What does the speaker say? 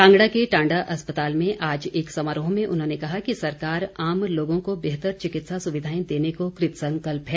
कांगड़ा के टांडा अस्पताल में आज एक समारोह में उन्होंने कहा कि सरकार आम लोगों को बेहतर चिकित्सा सुविधाएं देने को कृतसंकल्प है